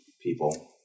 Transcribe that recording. people